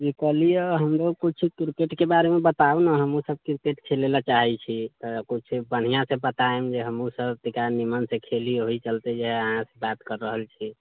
ई कहलियै हमरो कुछ क बारे मे बताउ नऽ हमहुँ सभ किरकेट खेले लऽ चाहे छी तऽ कुछ बनिहा से बताइम जे हमहुँ सभ तैका निमन से खेली ओहि चलते जे हय अहँसे बात कर रहल छी